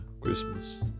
Christmas